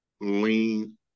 lean